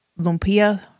lumpia